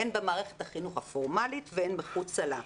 הן במערכת החינוך הפורמלית והן מחוצה לה.